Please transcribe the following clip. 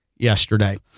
yesterday